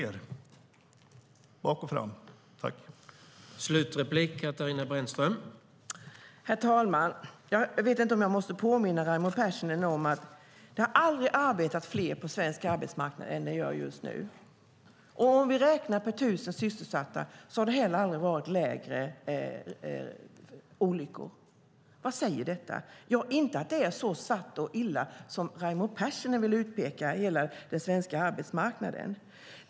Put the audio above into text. Det är bak och fram.